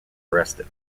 arrested